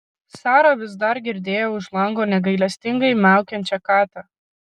sara vis dar girdėjo už lango negailestingai miaukiančią katę